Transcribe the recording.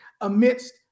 amidst